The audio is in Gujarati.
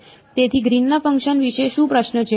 તેથી ગ્રીનના ફંકશન વિશે શું પ્રશ્ન છે